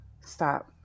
Stop